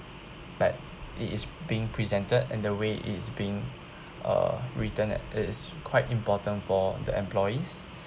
but it is being presented and the way it's being uh written at it is quite important for the employees